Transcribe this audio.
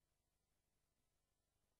14 במאי 2014, בשעה 11:00.